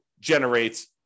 generate